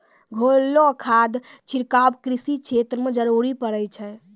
घोललो खाद छिड़काव कृषि क्षेत्र म जरूरी पड़ै छै